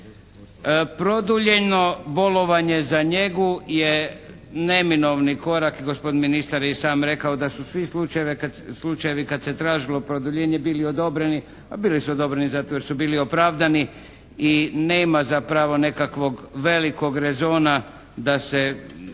Produljeno bolovanje za njegu je neminovni korak, gospodin ministar je i sam rekao da su svi slučajevi kad se tražilo produljenje bili odobreni, a bili su odobreni zato jer su bili opravdani i nema zapravo nekakvog velikog rezona da se